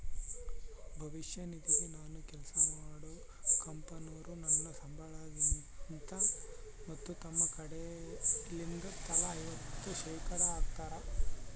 ಭವಿಷ್ಯ ನಿಧಿಗೆ ನಾನು ಕೆಲ್ಸ ಮಾಡೊ ಕಂಪನೊರು ನನ್ನ ಸಂಬಳಗಿಂದ ಮತ್ತು ತಮ್ಮ ಕಡೆಲಿಂದ ತಲಾ ಐವತ್ತು ಶೇಖಡಾ ಹಾಕ್ತಾರ